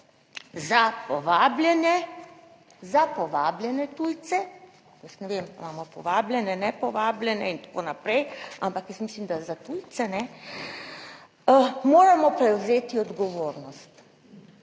za povabljene tujce. Jaz ne vem, imamo povabljene, nepovabljene in tako naprej, ampak jaz mislim, da za tujce ne moramo prevzeti odgovornost.